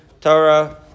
Torah